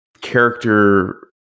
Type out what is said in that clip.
character